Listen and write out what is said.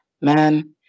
Man